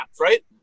right